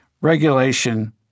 regulation